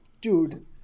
dude